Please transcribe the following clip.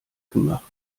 gemacht